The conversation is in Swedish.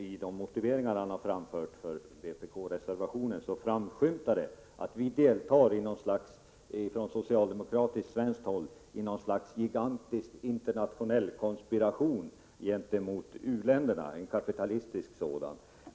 I de motiveringar han har framfört för vpk-reservationen framskymtar det att vi från svenskt socialdemokratiskt håll skulle delta i något slags gigantisk internationell konspiration gentemot u-länderna — en kapitalistisk sådan.